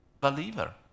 believer